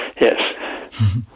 yes